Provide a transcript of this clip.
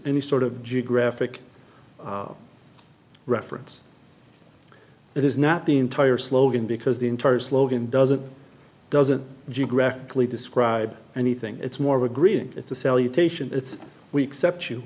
any sort of geographic reference that is not the entire slogan because the entire slogan doesn't doesn't geographically describe anything it's more of agreeing to sell you tasia it's we accept you